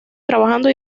trabajando